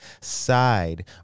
side